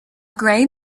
gray